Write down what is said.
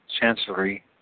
chancery